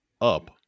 up